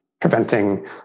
preventing